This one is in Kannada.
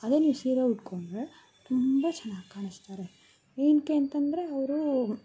ಅದೇ ನೀವು ಸೀರೆ ಉಟ್ಟುಕೊಂಡ್ರೆ ತುಂಬ ಚೆನ್ನಾಗಿ ಕಾಣಿಸ್ತಾರೆ ಏಕೆ ಅಂತಂದರೆ ಅವರು